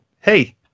hey